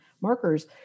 markers